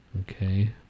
Okay